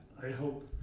i hope.